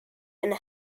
and